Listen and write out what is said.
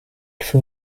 fut